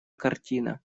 картина